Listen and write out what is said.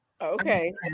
okay